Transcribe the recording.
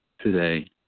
today